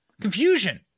confusion